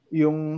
yung